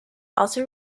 also